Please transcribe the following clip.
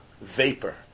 vapor